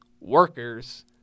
Workers